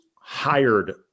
hired